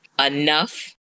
enough